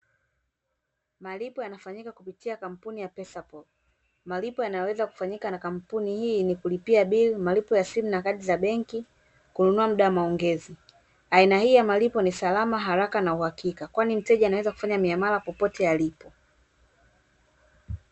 Malipo yanafanyika kupitia kampuni ya PesaPal. Malipo yanayoweza kufanyika na kampuni hii ni kulipia bili, malipo ya simu na kadi za benki, kununua muda wa maongezi. Aina hii ya malipo ni salama, haraka na uhakika kwani mteja anaweza kufanya miamala popote alipo.